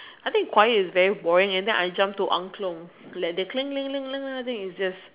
I think choir is very boring and then I jump to angklung like that thing is just